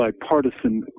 bipartisan